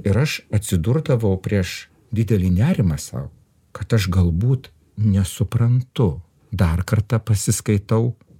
ir aš atsidurdavau prieš didelį nerimą sau kad aš galbūt nesuprantu dar kartą pasiskaitau